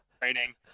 training